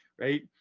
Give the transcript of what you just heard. Right